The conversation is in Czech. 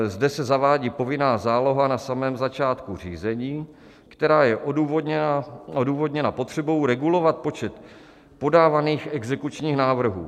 Zde se zavádí povinná záloha na samém začátku řízení, která je odůvodněna potřebou regulovat počet podávaných exekučních návrhů.